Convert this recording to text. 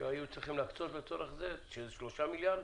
שהיו צריכים להקצות לצורך זה, שזה 3 מיליארד,